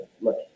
look